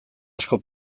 asko